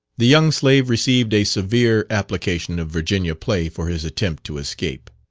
the young slave received a severe application of virginia play for his attempt to escape.